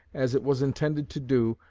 as it was intended to do,